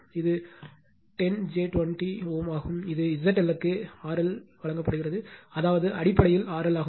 இது 10 j 20 Ω ஆகும் இது ZL க்கு RL வழங்கப்படுகிறது அதாவது அடிப்படையில் RL ஆகும்